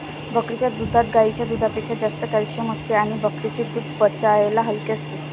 बकरीच्या दुधात गाईच्या दुधापेक्षा जास्त कॅल्शिअम असते आणि बकरीचे दूध पचायला हलके असते